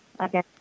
okay